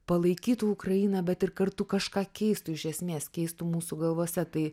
palaikytų ukrainą bet ir kartu kažką keistų iš esmės keistų mūsų galvose tai